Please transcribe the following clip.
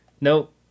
Nope